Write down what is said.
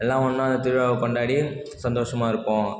எல்லாம் ஒன்றா திருவிழாவை கொண்டாடி சந்தோஷமாக இருப்போம்